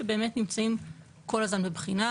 שנמצאים כל הזמן בבחינה.